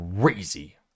crazy